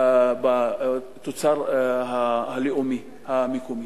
בתוצר הלאומי המקומי.